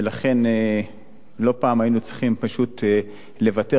ולכן לא פעם היינו צריכים פשוט לוותר,